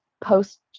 post